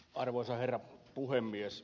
arvoisa herra puhemies